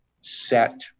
set